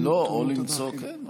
כן,